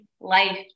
life